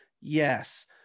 Yes